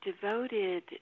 devoted